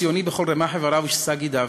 ציוני בכל רמ"ח אבריו ושס"ה גידיו,